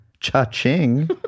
Cha-ching